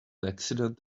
accident